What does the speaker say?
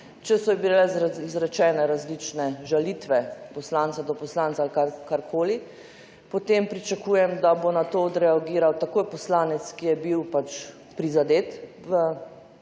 če so bile izrečene različne žalitve poslanca do poslanca ali karkoli, potem pričakujem, da bo na to takoj odreagiral poslanec, ki je bil prizadet v